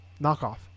knockoff